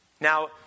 Now